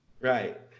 Right